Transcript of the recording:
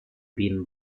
been